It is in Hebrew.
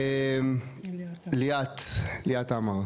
ליאת עמר.